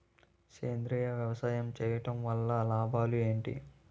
సేంద్రీయ వ్యవసాయం చేయటం వల్ల లాభాలు ఏంటి?